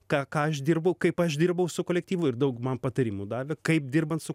ką ką aš dirbau kaip aš dirbau su kolektyvu ir daug man patarimų davė kaip dirbant su